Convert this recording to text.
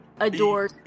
Adore